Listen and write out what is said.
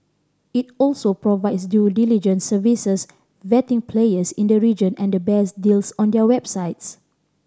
it also provides due diligence services vetting players in the region and the best deals on their websites